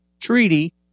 Treaty